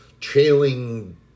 trailing